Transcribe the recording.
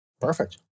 perfect